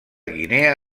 guinea